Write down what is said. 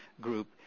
group